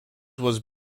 was